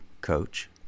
coach